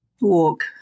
walk